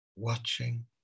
watching